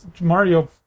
Mario